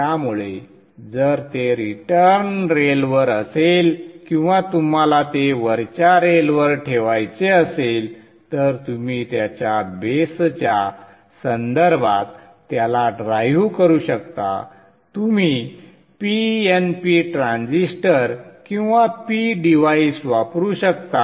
त्यामुळे जर ते रिटर्न रेलवर असेल किंवा तुम्हाला ते वरच्या रेलवर ठेवायचे असेल तर तुम्ही त्याच्या बेसच्या संदर्भात त्याला ड्राईव्ह करू शकता तुम्ही PNP ट्रान्झिस्टर किंवा P डिव्हाइस वापरू शकता